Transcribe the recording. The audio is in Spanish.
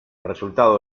resultado